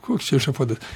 koks čia ešafotas